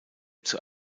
zur